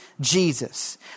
Jesus